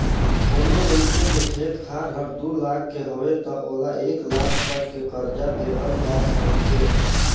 कोनो मइनसे के खेत खार हर दू लाख के हवे त ओला एक लाख तक के करजा देहल जा सकथे